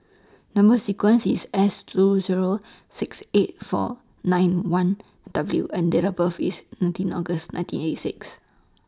Number sequence IS S two Zero six eight four nine one W and Date of birth IS nineteen August nineteen eighty six